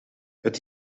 het